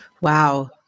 Wow